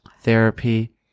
therapy